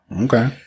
Okay